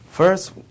First